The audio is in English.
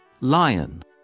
Lion